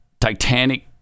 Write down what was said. Titanic